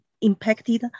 impacted